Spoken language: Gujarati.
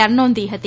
આર નોંધી હતી